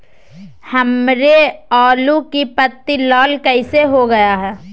हमारे आलू की पत्ती लाल कैसे हो गया है?